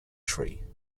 tree